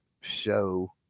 show